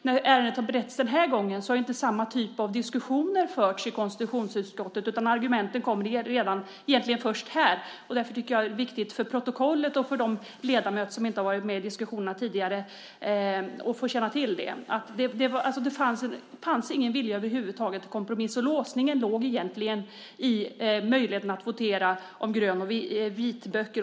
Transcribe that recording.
När ärendet har beretts den här gången har inte samma typ av diskussioner förts i konstitutionsutskottet, utan argumenten kom egentligen först här. Därför tycker jag att det är viktigt för protokollet och för de ledamöter som inte har varit med i diskussionerna tidigare att känna till detta, alltså att det inte fanns någon vilja över huvud taget att kompromissa. Och låsningen låg egentligen i möjligheten att votera om grön och vitböcker.